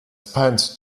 spent